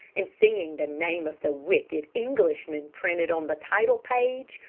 and seeing the name of the wicked englishman printed on the title-page,